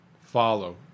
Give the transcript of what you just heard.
follow